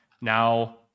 Now